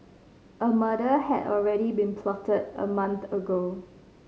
a murder had already been plotted a month ago